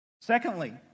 Secondly